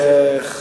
תודה רבה,